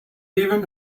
even